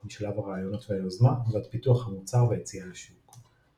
משלב הרעיונות והיוזמה ועד פיתוח המוצר והיציאה לשוק.